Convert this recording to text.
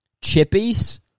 Chippies